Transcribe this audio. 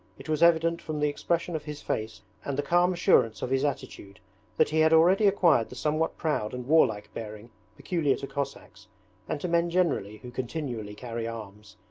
it was evident from the expression of his face and the calm assurance of his attitude that he had already acquired the somewhat proud and warlike bearing peculiar to cossacks and to men generally who continually carry arms,